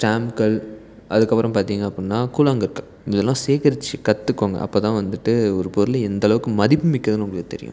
ஸ்டாம்ப்கள் அதுக்கப்புறம் பார்த்தீங்க அப்புடினா கூழாங்கற்கள் இதெல்லாம் சேகரித்து கற்றுக்கோங்க அப்போதான் வந்துட்டு ஒரு பொருள் எந்தளவுக்கு மதிப்புமிக்கதுனு உங்களுக்கு தெரியும்